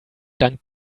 dank